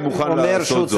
אני מוכן לעשות זאת.